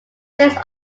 days